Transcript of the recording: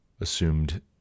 assumed